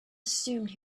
assumed